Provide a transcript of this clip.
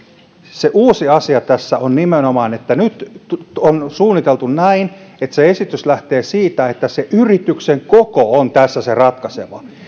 se uusi asia tässä on nimenomaan se että nyt on suunniteltu näin että esitys lähtee siitä että yrityksen koko on tässä ratkaiseva